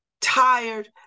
tired